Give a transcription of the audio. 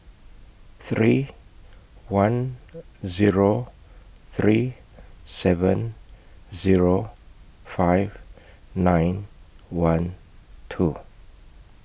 three one Zero three seven Zero five nine one two